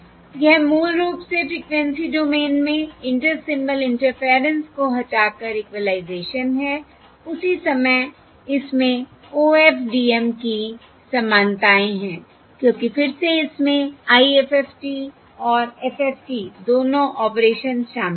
यह मूल रूप से फ़्रीक्वेंसी डोमेन में इंटर सिंबल इंटरफेरेंस को हटाकर इक्वलाइजेशन है उसी समय इसमें OFDM की समानताएं हैं क्योंकि फिर से इसमें IFFT और FFT दोनों ऑपरेशन शामिल हैं